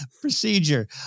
procedure